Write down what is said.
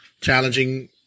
challenging